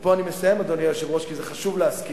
ופה אני מסיים, אדוני היושב-ראש, וחשוב להזכיר,